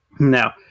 Now